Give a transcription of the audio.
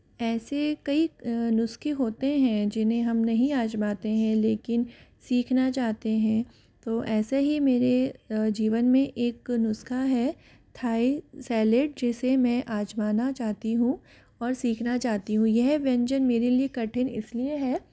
ऐसे कई नुस्ख़े होते हैं जिन्हें हम नहीं आज़माते हैं लेकिन सीखना चाहते हैं तो ऐसे ही मेरे जीवन में एक नुस्ख़ा है थाई सेलीड जिसे मैं आज़माना चाहती हूँ और सीखना चाहती हूँ यह व्यंजन मेरे लिए कठिन इस लिए है